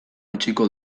utziko